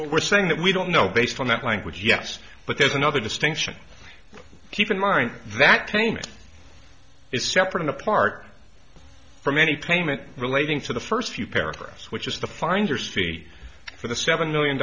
were saying that we don't know based on that language yes but there's another distinction keep in mind that payment is separate apart from any payment relating to the first few paragraphs which is the finder straight for the seven million